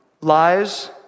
lies